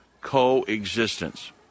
coexistence